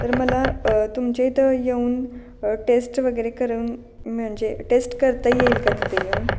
तर मला तुमच्या इथं येऊन टेस्ट वगैरे करून म्हणजे टेस्ट करता येईल का तिथे येऊन